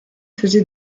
faisait